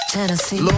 Tennessee